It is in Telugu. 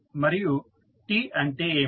మరియి t అంటే ఏమిటి